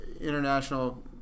international